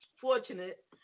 fortunate